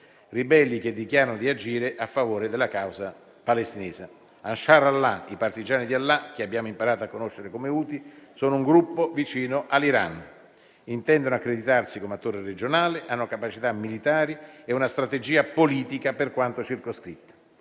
Ribelli che dichiarano di agire a favore della causa palestinese. Ansar Allah, i partigiani di Allah, che abbiamo imparato a conoscere come Houthi, sono un gruppo vicino all'Iran, intendono accreditarsi come attori regionali, hanno capacità militari e una strategia politica, per quanto circoscritta.